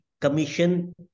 commission